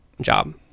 job